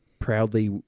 proudly